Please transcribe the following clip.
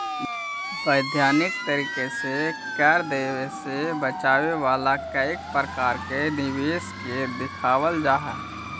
वैधानिक तरीके से कर देवे से बचावे वाला कई प्रकार के निवेश के दिखावल जा हई